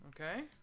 Okay